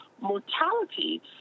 mortality